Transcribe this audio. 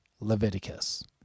Leviticus